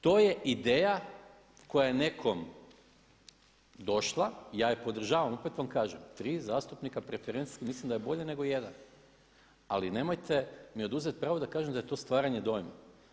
To je ideja koja je nekom došla, ja je podržavam, opet vam kažem, tri zastupnika preferencijska mislim da je bolje nego jedan ali nemojte mi oduzeti pravo da vam kažem da je to stvaranje dojma.